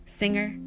singer